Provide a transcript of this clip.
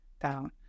down